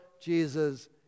Jesus